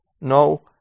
no